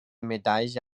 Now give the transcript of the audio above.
medaille